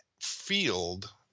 field